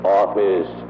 office